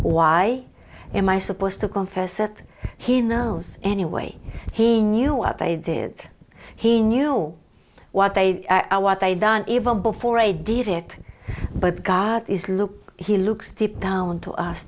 why am i supposed to confess that he knows anyway he knew what they did he knew what they are what they've done even before a did it but god is look he looks the down to us